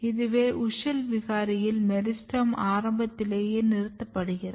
இதுவே WUSCHEL விகாரியில் meristem ஆரம்பத்திலேயே நிறுத்தப்படுகிறது